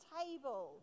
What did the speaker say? table